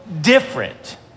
different